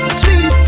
sweet